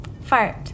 Fart